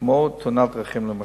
כמו תאונת דרכים, למשל.